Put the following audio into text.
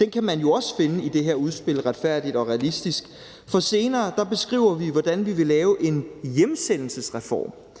det kan man jo også finde i det her udspil »Retfærdig og realistisk«, for senere beskriver vi, hvordan vi vil lave en hjemsendelsesreform